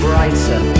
Brighter